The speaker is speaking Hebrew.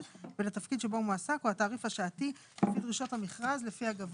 ולא פחות משכר המינימום במשק; לא יפחת משכר המינימום לפי חוק